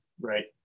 right